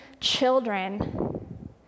children